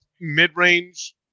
mid-range